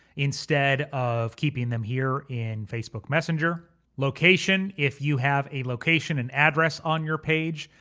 instead of keeping them here in facebook messenger. location, if you have a location and address on your page,